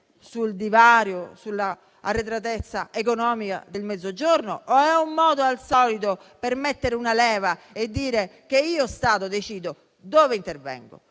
sul divario e sull'arretratezza economica del Mezzogiorno? È un modo, al solito, per mettere una leva e dire che lo Stato decide dove, come e